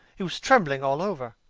he was trembling all over.